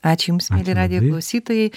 ačiū jums mieli radijo klausytojai